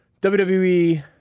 WWE